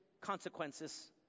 consequences